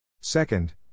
Second